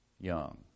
young